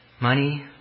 money